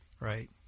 right